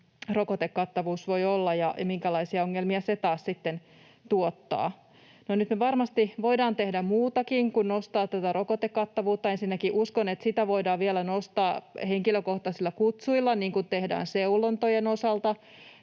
rokotekattavuus voi olla ja minkälaisia ongelmia se taas sitten tuottaa. No nyt me varmasti voidaan tehdä muutakin kuin nostaa tätä rokotekattavuutta. Ensinnäkin uskon, että sitä voidaan vielä nostaa henkilökohtaisilla kutsuilla, niin kuin tehdään seulontojen osalta.